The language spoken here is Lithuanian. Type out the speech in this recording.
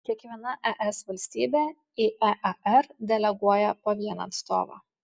kiekviena es valstybė į ear deleguoja po vieną atstovą